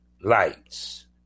lights